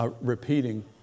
repeating